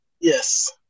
Yes